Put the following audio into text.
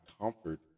comfort